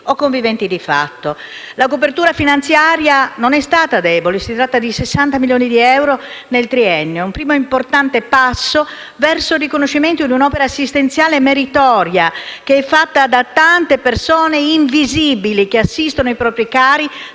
o conviventi di fatto. La copertura finanziaria non è stata debole: si tratta di 60 milioni di euro nel triennio. Un primo importante passo verso il riconoscimento di un'opera assistenziale meritoria, fatta da tante persone "invisibili" che assistono i propri cari